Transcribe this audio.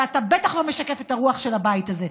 ואתה בטח לא משקף את הרוח של הבית הזה,